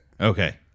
Okay